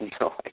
no